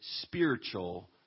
spiritual